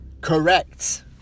Correct